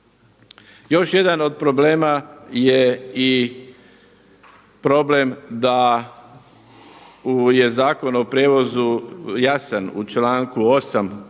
Još jedan od problema je i problem da je Zakon o prijevozu jasan u članku 8.